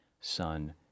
son